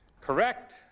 Correct